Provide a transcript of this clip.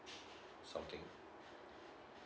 something